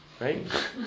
Right